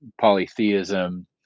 polytheism